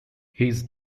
his